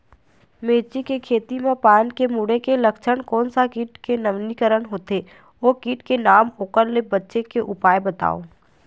मिर्ची के खेती मा पान के मुड़े के लक्षण कोन सा कीट के नवीनीकरण होथे ओ कीट के नाम ओकर ले बचे के उपाय बताओ?